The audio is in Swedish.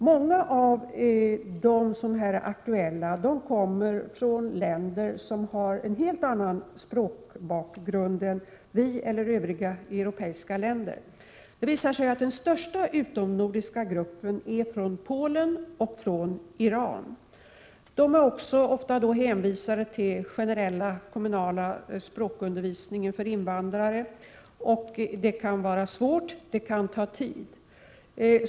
Många av dem som här är aktuella kommer från länder som har en helt annan språkbakgrund än vi i Sverige eller övriga europeiska länder. Det visar sig att den största utomnordiska gruppen kommer från Polen och Iran. Dessa personer är ofta hänvisade till den generella, kommunala språkundervisningen för invandrare. Detta kan medföra svårigheter och kan ta tid.